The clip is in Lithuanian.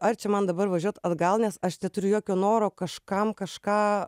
ar čia man dabar važiuot atgal nes aš neturiu jokio noro kažkam kažką